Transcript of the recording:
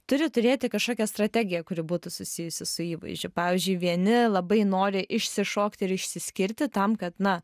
turi turėti kažkokią strategiją kuri būtų susijusi su įvaizdžiu pavyzdžiui vieni labai nori išsišokti ir išsiskirti tam kad na